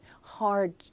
hard